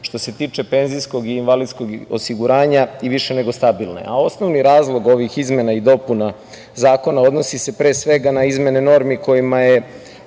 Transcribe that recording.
što se tiče penzijskog i invalidskog osiguranja i više nego stabilne. Osnovni razlog ovih izmena i dopuna Zakona odnosi se pre svega na izmene normi kojima je